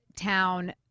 town